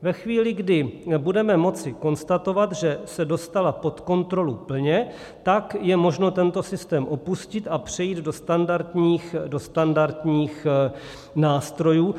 Ve chvíli, kdy budeme moci konstatovat, že se dostala pod kontrolu plně, tak je možno tento systém opustit a přejít do standardních nástrojů.